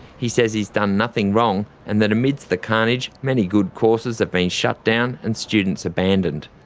he says he's done nothing wrong, and that amidst the carnage, many good courses have been shut down and students abandoned.